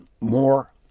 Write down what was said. more